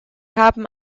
haben